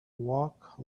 walk